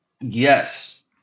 Yes